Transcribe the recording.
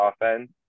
offense